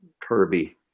Kirby